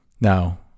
now